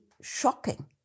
shocking